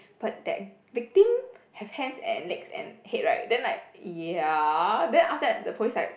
but that victim have hands and legs and head right then like ya then after that the police like